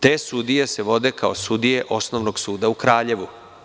Te sudije se vode kao sudije Osnovnogsuda u Kraljevu.